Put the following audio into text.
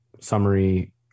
summary